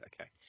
Okay